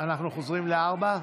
אנחנו חוזרים ל-4?